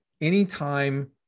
anytime